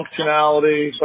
functionality